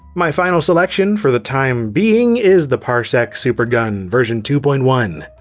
my final selection, for the time being, is the parsec supergun version two point one.